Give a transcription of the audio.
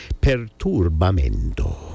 Perturbamento